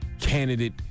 candidate